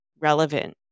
relevant